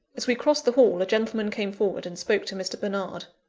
as we crossed the hall, a gentleman came forward, and spoke to mr. bernard.